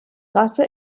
rasse